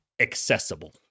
accessible